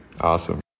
awesome